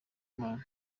imana